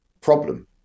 problem